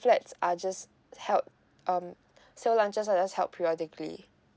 flats are just held um sale launches are just held periodically